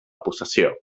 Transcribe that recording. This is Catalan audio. possessió